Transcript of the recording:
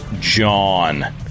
John